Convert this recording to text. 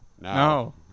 No